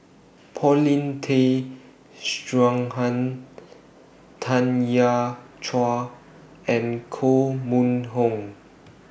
Paulin Tay Straughan Tanya Chua and Koh Mun Hong